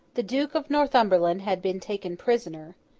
the duke of northumberland had been taken prisoner,